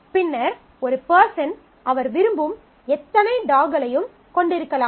பின்னர் ஒரு பெர்ஸன் அவர் விரும்பும் எத்தனை டாஃக்களையும் கொண்டிருக்கலாம்